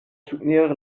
soutenir